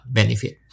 benefit